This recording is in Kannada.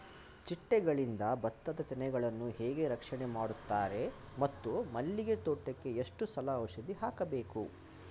ಚಿಟ್ಟೆಗಳಿಂದ ಭತ್ತದ ತೆನೆಗಳನ್ನು ಹೇಗೆ ರಕ್ಷಣೆ ಮಾಡುತ್ತಾರೆ ಮತ್ತು ಮಲ್ಲಿಗೆ ತೋಟಕ್ಕೆ ಎಷ್ಟು ಸಲ ಔಷಧಿ ಹಾಕಬೇಕು?